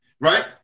right